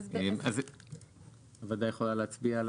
אז הוועדה יכולה להצביע על